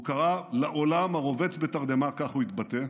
הוא קרא לעולם "הרובץ בתרדמה" כך הוא התבטא,